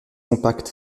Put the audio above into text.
compact